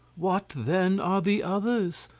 what then are the others?